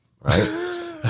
right